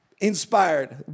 inspired